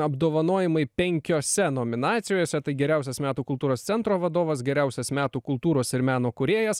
apdovanojimai penkiose nominacijose tai geriausias metų kultūros centro vadovas geriausias metų kultūros ir meno kūrėjas